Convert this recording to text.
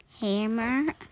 hammer